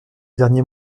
dernier